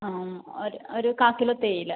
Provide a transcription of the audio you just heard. ഒരു ഒരു കാൽ കിലോ തേയില